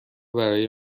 برای